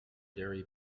dairy